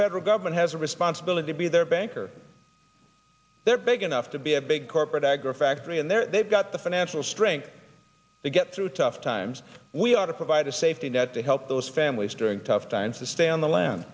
federal government has a responsibility to be their bank or they're big enough to be a big corporate agro factory and they're they've got the financial strength to get through tough times we ought to provide a safety net to help those families during tough times to stay on the land